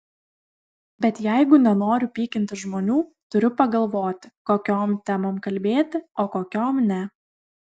bet jeigu nenoriu pykinti žmonių turiu pagalvoti kokiom temom kalbėti o kokiom ne